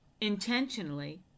intentionally